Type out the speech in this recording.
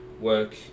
work